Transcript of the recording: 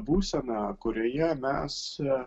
būsena kurioje mes